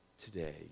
Today